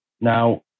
Now